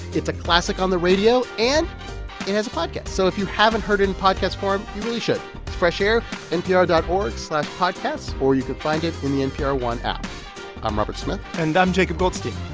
it's a classic on the radio, and it has a podcast. so if you haven't heard it in podcast form, you really should. it's fresh air npr dot org slash podcasts, or you can find it in the npr one app i'm robert smith and i'm jacob goldstein.